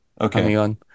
Okay